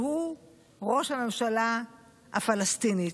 שהוא ראש הממשלה הפלסטינית".